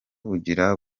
bugira